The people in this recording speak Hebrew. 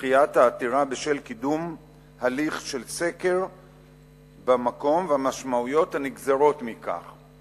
"דחיית העתירה בשל קידום הליך של סקר במקום והמשמעויות הנגזרות מכך",